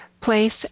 place